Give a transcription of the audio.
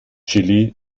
chili